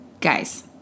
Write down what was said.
guys